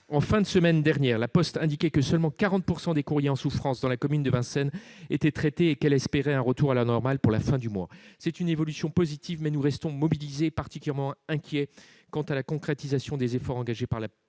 En fin de semaine dernière, La Poste indiquait que seulement 40 % des courriers en souffrance dans la commune de Vincennes étaient traités et qu'elle espérait un retour à la normale pour la fin du mois. C'est une évolution positive, mais nous restons mobilisés et particulièrement inquiets quant à la concrétisation des efforts engagés par La Poste.